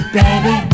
baby